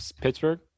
Pittsburgh